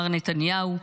מר נתניהו,